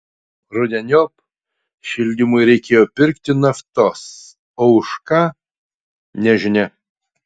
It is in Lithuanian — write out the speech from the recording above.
rudeniop šildymui reikėjo pirkti naftos o už ką nežinia